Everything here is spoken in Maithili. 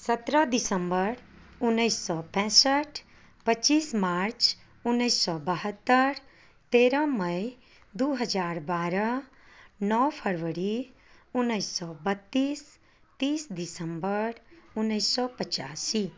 सत्रह दिसम्बर उन्नैस सए पैंसठ पच्चीस मार्च उन्नैस सए बहत्तरि तेरह मई दू हजार बारह नओ फरवरी उन्नैस सए बत्तीस तीस दिसम्बर उन्नैस सए पचासी